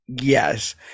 yes